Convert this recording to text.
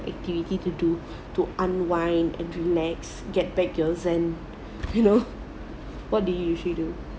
activity to do to unwind and relax get back your zen know what do you usually do